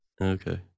Okay